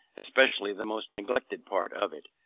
especially the most neglected part of it,